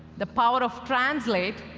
the power of translate,